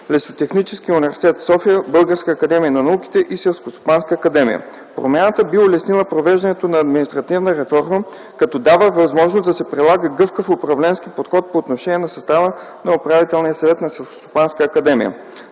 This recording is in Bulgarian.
Лесотехническия университет – София, Българската академия на науките и Селскостопанската академия. Промяната би улеснила провеждането на административна реформа като дава възможност да се прилага гъвкав управленски подход по отношение на състава на управителния съвет на